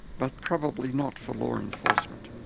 but probably not for law enforcement.